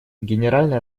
генеральная